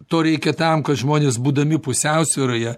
to reikia tam kad žmonės būdami pusiausvyroje